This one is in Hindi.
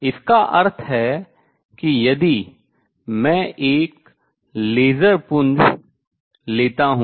इसका अर्थ है कि यदि मैं एक लेसर पुंज लेता हूँ